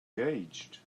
engaged